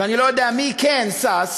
ואני לא יודע מי כן שש,